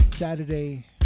Saturday